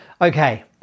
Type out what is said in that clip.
Okay